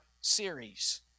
series